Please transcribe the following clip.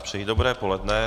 Přeji dobré poledne.